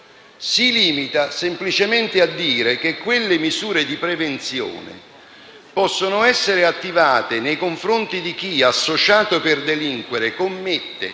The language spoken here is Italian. si limita semplicemente a dire che quelle misure di prevenzione possono essere attivate nei confronti di chi è associato a un'associazione